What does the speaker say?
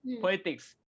politics